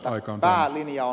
että päälinja on